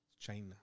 China